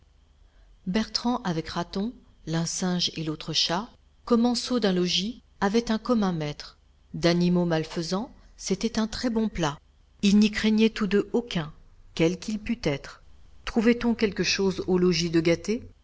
bertrand avec raton l'un singe et l'autre chat commensaux d'un logis avaient un commun maître d'animaux malfaisants c'était un très bon plat ils n'y craignaient tous deux aucun quel qu'il pût être trouvait-on quelque chose au logis de gâté